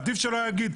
לא, עדיף לא להגיד.